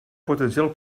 potencial